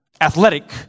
athletic